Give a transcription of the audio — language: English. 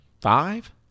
five